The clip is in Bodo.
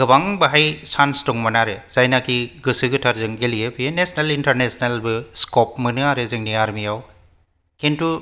गोबां बाहाय चान्स दंमोन आरो जायनाखि गोसो गोथारजों गेलेयो बियो नेशनेल इन्टारनेशनेलबो स्क'प मोनो आरो जोंनि आरमियाव किन्तु